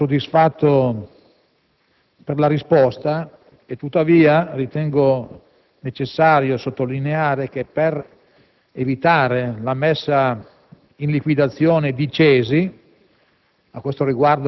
mi dichiaro soddisfatto per la risposta. Ritengo tuttavia necessario sottolineare che, per evitare la messa in liquidazione della